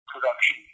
production